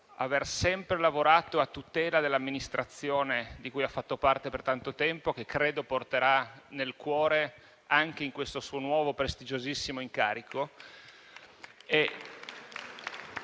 aver sempre lavorato a tutela dell'Amministrazione di cui ha fatto parte per tanto tempo, che credo porterà nel cuore anche in questo suo nuovo prestigiosissimo incarico.